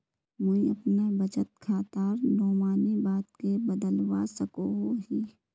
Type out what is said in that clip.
मुई अपना बचत खातार नोमानी बाद के बदलवा सकोहो ही?